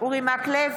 אורי מקלב,